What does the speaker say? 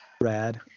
Rad